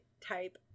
type